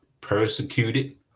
Persecuted